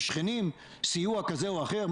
משכנים סיוע כזה או אחר?